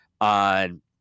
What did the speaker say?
on